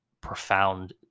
profound